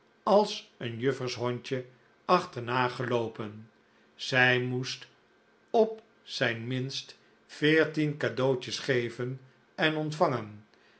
als een juffershondje achterna geloopen zij moest op zijn minst veertien cadeautjes geven en ontvangen